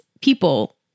people